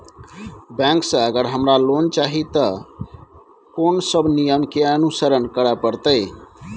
Bank से अगर हमरा लोन चाही ते कोन सब नियम के अनुसरण करे परतै?